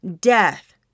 death